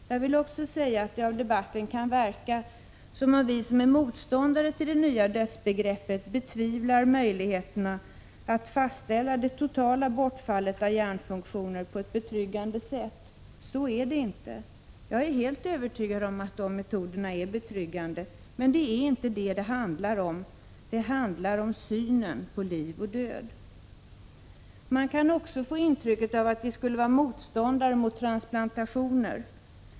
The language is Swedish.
Av debatten kan det verka som om vi som är motståndare till det nya dödsbegreppet betvivlar möjligheterna att på ett betryggande sätt fastställa det totala bortfallet av hjärnfunktioner. Så är det inte. Jag är helt övertygad om att metoderna är betryggande, men det är inte det som det handlar om. Det handlar om synen på liv och död. Man kan också få intrycket att vi är emot transplantationer.